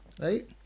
right